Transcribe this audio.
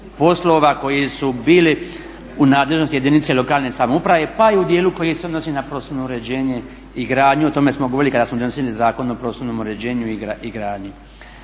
poslova koji su bili u nadležnosti jedinice lokalne samouprave pa i u dijelu koji se odnosi na prostorno uređenje i gradnju. O tome smo govorili kada smo donosili Zakon o prostornom uređenju i gradnji.